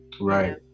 right